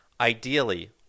Ideally